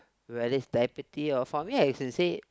whether it's diabetes or for me as I say